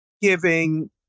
giving